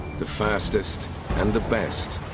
the fastest and the best,